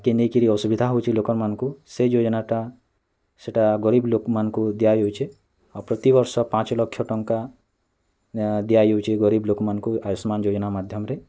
କେ ନେଇ କି ଅସୁବିଧା ହେଉଛି ଲୋକମାନଙ୍କୁ ସେ ଯୋଜନାଟା ସେଟା ଗରିବ ଲୋକମାନଙ୍କୁ ଦିଆଯାଉଛେ ଆଉ ପ୍ରତି ବର୍ଷ ପାଞ୍ଚ ଲକ୍ଷ ଟଙ୍କା ଦିଆଯାଉଛି ଗରିବ୍ ଲୋକ୍ମାନଙ୍କୁ ଆୟୁଷ୍ନାନ୍ ଯୋଜନା ମାଧ୍ୟମରେ